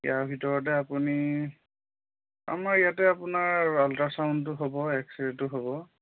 ইয়াৰ ভিতৰতে আপুনি আমাৰ ইয়াতে আপোনাৰ আল্ট্ৰাচাউণ্ডটো হ'ব এক্সৰে'টো হ'ব